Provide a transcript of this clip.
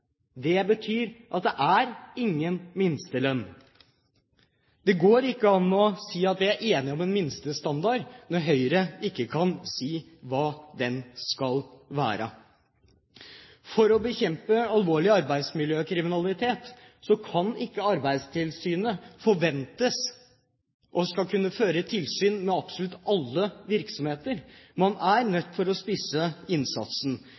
Det betyr at det ikke er noen minstelønn. Det går ikke an å si at vi er enige om en minstestandard, når Høyre ikke kan si hva den skal være. For å bekjempe alvorlig arbeidskriminalitet kan ikke Arbeidstilsynet forventes å skulle kunne føre tilsyn med absolutt alle virksomheter. Man er nødt til å spisse innsatsen.